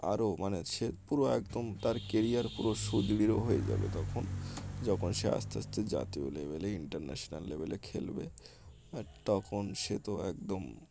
আরও মানে সে পুরো একদম তার কেরিয়ার পুরো সুদৃঢ় হয়ে যাবে তখন যখন সে আস্তে আস্তে জাতীয় লেভেলে ইন্টারন্যাশনাল লেভেলে খেলবে আর তখন সে তো একদম